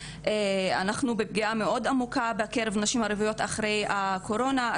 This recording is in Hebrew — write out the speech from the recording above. אנחנו בפגיעה מאוד עמוקה בקרב נשים ערביות בקרב הקורונה.